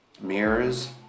Mirrors